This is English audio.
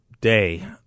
day